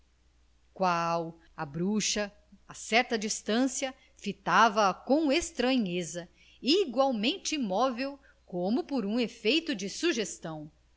qual a bruxa a certa distancia fitava-a com estranheza igualmente imóvel como um efeito de sugestão